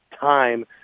time